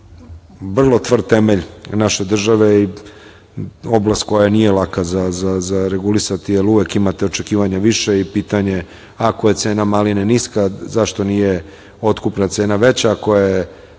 vrlo tvrd temelj naše države i oblast koja nije laka za regulisati, jer uvek imate više očekivanja i pitanja ako je cena maline niska zašto nije otkupna cena veća, ako je